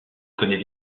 connaît